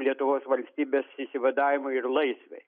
lietuvos valstybės išsivadavimui ir laisvei